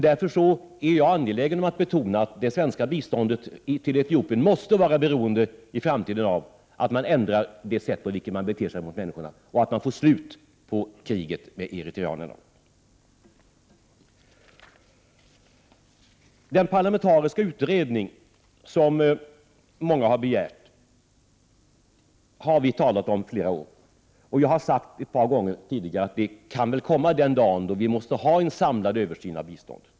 Därför är jag angelägen om att betona att det svenska biståndet till Etiopien i framtiden måste vara beroende av att regimen ändrar det sätt på vilket den beter sig mot människorna och att det blir slut på kriget med eritreanerna. Den parlamentariska utredning som många har begärt har vi talat om i flera år, och jag har sagt ett par gånger tidigare att den dagen kan väl komma då det måste göras en samlad översyn av biståndet.